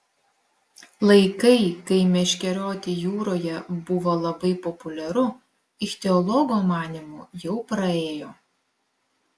laikai kai meškerioti jūroje buvo labai populiaru ichtiologo manymu jau praėjo